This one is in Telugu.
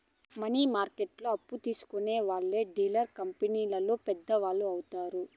మనీ మార్కెట్లో అప్పు తీసుకునే వాళ్లు డీలర్ కంపెనీలో పెద్దలు వత్తారు